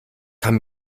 kann